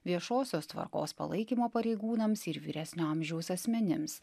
viešosios tvarkos palaikymo pareigūnams ir vyresnio amžiaus asmenims